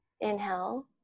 inhale